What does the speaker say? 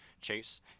Chase